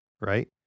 right